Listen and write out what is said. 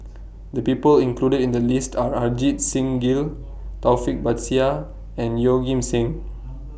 The People included in The list Are Ajit Singh Gill Taufik Batisah and Yeoh Ghim Seng